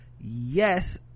yes